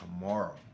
tomorrow